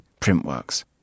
Printworks